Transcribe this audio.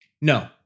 No